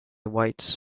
whites